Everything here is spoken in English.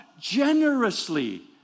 generously